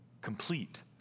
complete